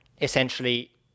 essentially